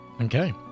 Okay